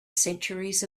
centuries